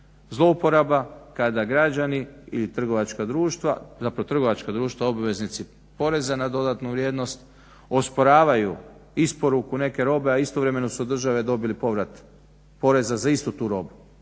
zlouporaba kada građani ili trgovačka društva, zapravo trgovačka društva obveznici poreza na dodanu vrijednost osporavaju isporuku neke robe, a istovremeno su od države dobili povrat poreza za istu tu robu.